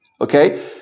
Okay